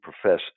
profess